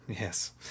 Yes